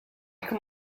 come